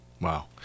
Wow